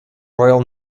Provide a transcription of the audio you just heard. royal